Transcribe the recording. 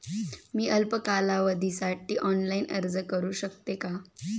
मी अल्प कालावधीसाठी ऑनलाइन अर्ज करू शकते का?